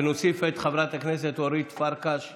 ונוסיף את חברת הכנסת אורית פרקש הכהן,